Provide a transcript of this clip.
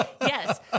Yes